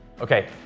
Okay